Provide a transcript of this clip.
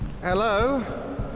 Hello